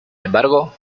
embargo